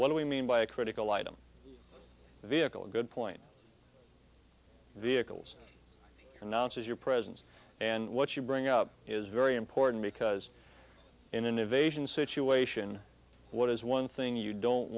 what do we mean by a critical item vehicle a good point vehicles announces your presence and what you bring up is very important because in an evasion situation what is one thing you don't